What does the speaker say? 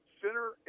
center